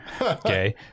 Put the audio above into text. Okay